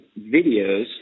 videos